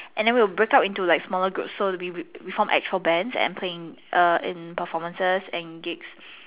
and then we will break out into like smaller groups so we we form actual bands and playing in performances and gigs